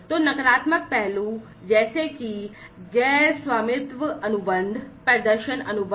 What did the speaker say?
तो नकारात्मक पहलू जैसे कि गैर स्वामित्व अनुबंध प्रदर्शन अनुबंध